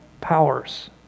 powers